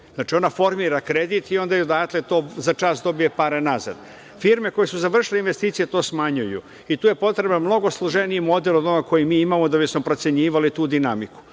Znači, ona formira kredit i onda odatle to začas dobije pare nazad. Firme koje su završile investicije to smanjuju. Tu je potreban mnogo složeniji model od onog koji mi imamo da bismo procenjivali tu dinamiku,